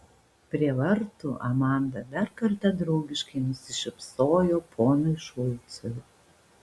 prie vartų amanda dar kartą draugiškai nusišypsojo ponui šulcui